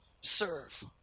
serve